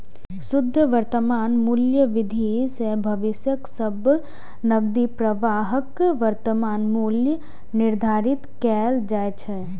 शुद्ध वर्तमान मूल्य विधि सं भविष्यक सब नकदी प्रवाहक वर्तमान मूल्य निर्धारित कैल जाइ छै